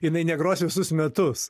jinai negros visus metus